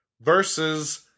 versus